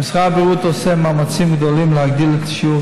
משרד הבריאות עשה מאמצים גדולים להגדיל את שיעור